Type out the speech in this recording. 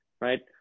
Right